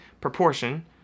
proportion